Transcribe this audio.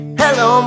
hello